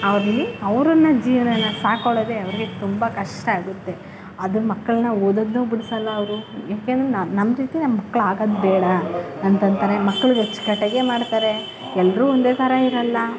ಅವರನ್ನ ಜೀವನನ ಸಾಕೊಳ್ಳೋದೇ ಅವ್ರಿಗೆ ತುಂಬ ಕಷ್ಟ ಆಗುತ್ತೆ ಅದು ಮಕ್ಕಳನ್ನ ಓದೋದನ್ನು ಬಿಡ್ಸೋಲ್ಲ ಅವರು ಏಕೆ ಅಂದ್ರೆ ನಮ್ಮ ರೀತಿ ನಮ್ಮ ಮಕ್ಳು ಆಗೋದು ಬೇಡ ಅಂತ ಅಂತಾರೆ ಮಕ್ಳಿಗೆ ಅಚ್ಚು ಕಟ್ಟಾಗೆ ಮಾಡ್ತಾರೆ ಎಲ್ಲರೂ ಒಂದೇ ಥರ ಇರೋಲ್ಲ